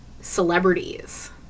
celebrities